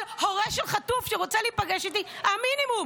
כל הורה של חטוף שרוצה להיפגש איתי, המינימום.